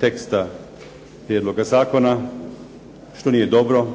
teksta prijedloga zakona, što nije dobro